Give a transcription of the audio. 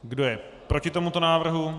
Kdo je proti tomuto návrhu?